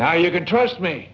now you can trust me